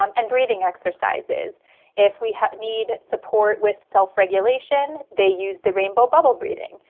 um and breathing exercises if we need support with self regulation. they use the rainbow bubble breathing.